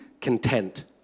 content